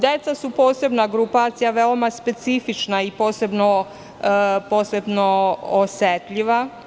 Deca su posebna grupacija, veoma specifična i posebno osetljiva.